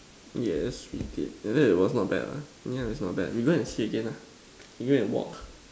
yes we did and then it was not bad lah yeah it's not bad we go and see again ah we go and walk